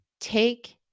take